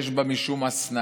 יש בה משום השנאה.